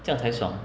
这样才爽